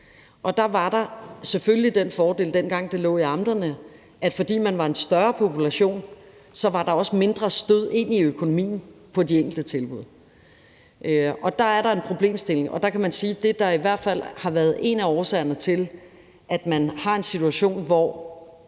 lå i amterne, selvfølgelig den fordel, at fordi der var en større population, var der også mindre stød ind i økonomien på de enkelte tilbud. Der er der en problemstilling, og man kan sige, at det, der i hvert fald har været en af årsagerne til, at man har en situation, hvor